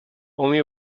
only